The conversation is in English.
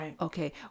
okay